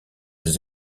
des